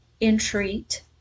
entreat